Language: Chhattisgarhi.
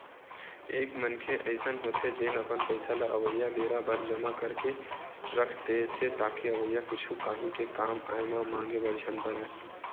एक मनखे अइसन होथे जेन अपन पइसा ल अवइया बेरा बर जमा करके के रख देथे ताकि अवइया कुछु काही के कामआय म मांगे बर झन परय